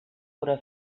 haurà